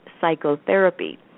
psychotherapy